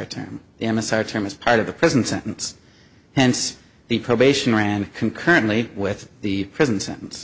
y term m s r term is part of the prison sentence hence the probation ran concurrently with the prison sentence